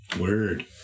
word